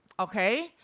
Okay